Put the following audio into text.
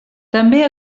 també